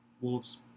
Wolves